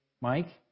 Mike